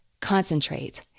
concentrate